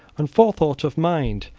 and forethought of mind.